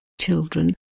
children